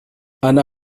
أنا